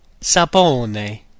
sapone